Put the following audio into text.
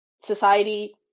society